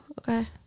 okay